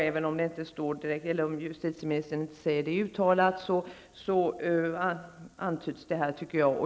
Även om justitieministern inte säger detta uttalat antyds det tycker jag.